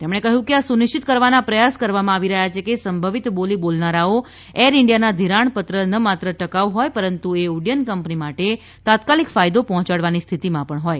તેમણે કહ્યું કે આ સુનિશ્ચિત કરવાના પ્રયાસ કરવામાં આવી રહ્યાં છે કે સંભવિત બોલી બોલનારાઓ એર ઇન્ડિયાના ધિરણપત્ર ન માત્ર ટકાઉ હોય પરંતુ એ ઉડ્ડયન કંપની માટે તાત્કાલિક ફાયદો પર્હોંચાડવાની સ્થિતિમાં પણ હોય